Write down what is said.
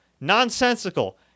nonsensical